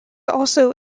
also